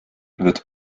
wird